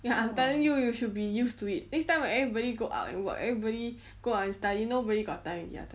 ya I'm telling you you should be used to it next time when everybody go out and work everybody go out and study nobody got time already I tell you